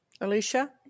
Alicia